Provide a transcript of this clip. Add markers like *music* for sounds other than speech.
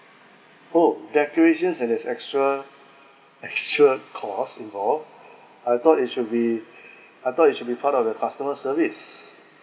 oh decoration is an extra extra *laughs* cost involve I thought it should be I thought it should be part of the customer service